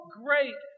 great